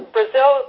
Brazil